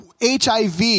HIV